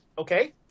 Okay